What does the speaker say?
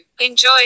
Enjoy